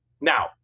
Now